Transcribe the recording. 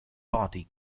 party